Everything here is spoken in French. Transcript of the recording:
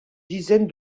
dizaine